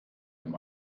dem